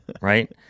Right